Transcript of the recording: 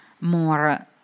more